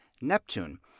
Neptune